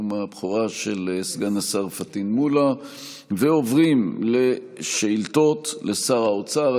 אנחנו עוברים לשאילתות לשר האוצר.